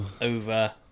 over